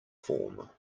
form